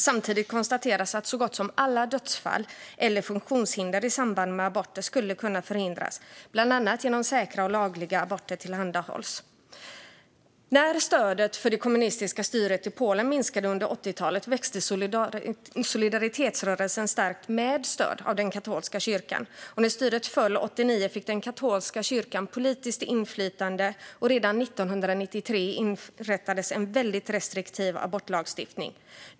Samtidigt konstateras att så gott som alla dödsfall eller funktionshinder i samband med aborter skulle kunna förhindras, bland annat genom att säkra och lagliga aborter tillhandahålls. När stödet för det kommunistiska styret i Polen minskade under 80talet växte sig solidaritetsrörelsen stark med stöd av den katolska kyrkan. När styret föll 1989 fick den katolska kyrkan politiskt inflytande, och redan 1993 infördes en väldigt restriktiv abortlagstiftning.